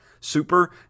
Super